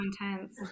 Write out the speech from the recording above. intense